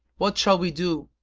what shall we do?